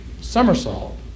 somersault